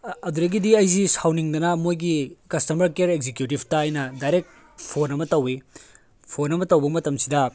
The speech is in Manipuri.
ꯑꯗꯨꯗꯒꯤꯗꯤ ꯑꯩꯁꯤ ꯁꯥꯎꯅꯤꯡꯗꯅ ꯃꯣꯏꯒꯤ ꯀꯁꯇꯃꯔ ꯀꯤꯌꯔ ꯑꯦꯛꯖꯤꯀ꯭ꯌꯨꯇꯤꯞꯇ ꯑꯩꯅ ꯗꯥꯏꯔꯦꯛ ꯐꯣꯟ ꯑꯃ ꯇꯧꯋꯤ ꯐꯣꯟ ꯑꯃ ꯇꯧꯕ ꯃꯇꯝꯁꯤꯗ